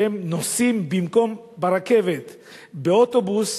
שהם נוסעים במקום ברכבת באוטובוס,